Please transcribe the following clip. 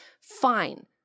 Fine